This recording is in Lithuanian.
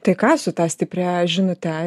tai ką su ta stipria žinute